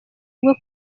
bwo